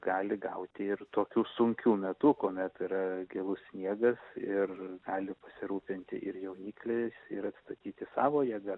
gali gauti ir tokiu sunkiu metu kuomet yra gilus sniegas ir gali pasirūpinti ir jaunikliai ir atstatyti savo jėga